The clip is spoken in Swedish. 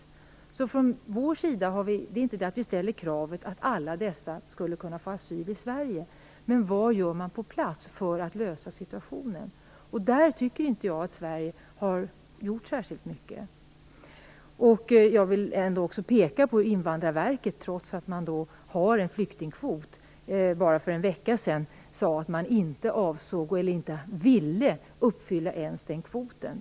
Vi ställer från vår sida inte kravet att alla dessa människor skall få asyl i Sverige, men vad gör man då på plats för att lösa situationen? Jag tycker inte att Sverige har gjort särskilt mycket. Jag vill ändå peka på att Invandrarverket, trots att man har en flyktingkvot, bara för en vecka sedan sade att man inte ville uppfylla ens den kvoten.